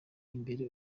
imbere